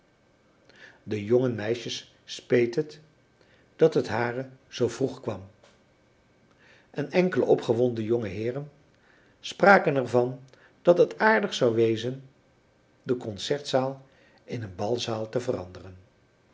den jongen meisjes speet het dat het hare zoo vroeg kwam en enkele opgewonden jonge heeren spraken er van dat het aardig zou wezen de concertzaal in een balzaal te veranderen